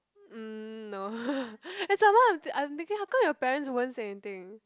mm no and some more I'm th~ I'm thinking how come your parents won't say anything